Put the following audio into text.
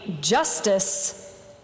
justice